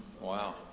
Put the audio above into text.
Wow